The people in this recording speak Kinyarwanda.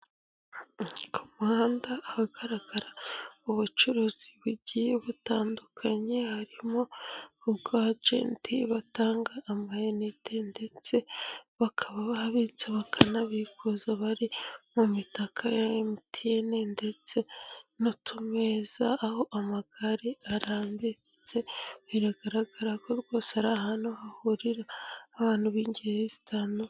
Ku muhanda ahagaragara ubucuruzi bugiye butandukanye, harimo abajenti batanga amayinite, ndetse bakaba babitsa bakanabikuza, bari mu mitaka ya MTN, ndetse n'utumeza aho amagare arambitse, biragaragara ko rwose ari ahantu hahurira abantu b'ingeri zitandukanye.